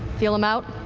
feel them out